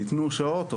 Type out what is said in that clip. ניתנו שעות,